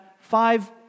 five